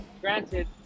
Granted